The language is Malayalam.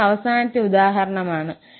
ഇത് അവസാനത്തെ ഉദാഹരണമാണ്